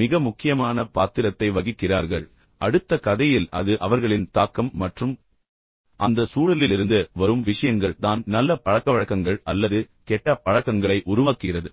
மிக முக்கியமான பாத்திரத்தை வகிக்கிறார்கள் அடுத்த கதையில் நான் சொன்னது போல அது அவர்களின் தாக்கம் மற்றும் அந்த அந்த சூழலிலிருந்து வரும் விஷயங்கள் தான் நல்ல பழக்கவழக்கங்கள் அல்லது கெட்ட பழக்கங்களை உருவாக்குகிறது